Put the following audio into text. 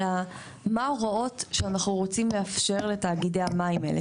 אלא מה ההוראות שאנחנו רוצים לאפשר לתאגידי המים האלה.